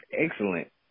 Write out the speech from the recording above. Excellent